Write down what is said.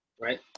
Right